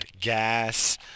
Gas